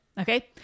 okay